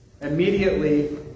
Immediately